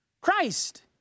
Christ